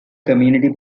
community